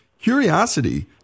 curiosity